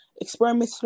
experimental